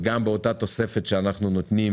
וגם בתוספת שאנחנו נותנים